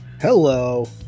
Hello